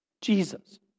Jesus